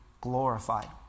glorified